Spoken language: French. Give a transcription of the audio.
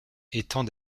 étant